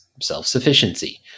self-sufficiency